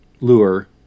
lure